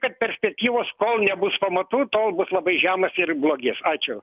taip kad perspektyvos kol nebus pamatų tol bus labai žemas ir blogės ačiū